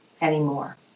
anymore